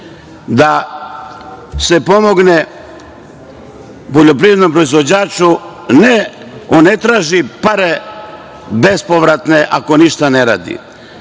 da se pomogne poljoprivrednom proizvođaču. On ne traži bespovratne pare ako ništa ne radi.